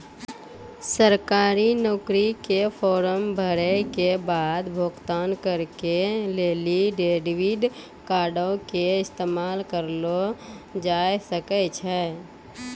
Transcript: सरकारी नौकरी के फार्म भरै के बाद भुगतान करै के लेली डेबिट कार्डो के इस्तेमाल करलो जाय सकै छै